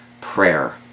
prayer